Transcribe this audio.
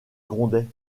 grondait